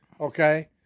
okay